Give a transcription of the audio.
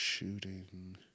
Shooting